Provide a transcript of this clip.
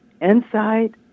inside